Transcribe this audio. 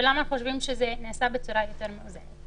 ולמה חושבים שזה נעשה בצורה יותר מאוזנת.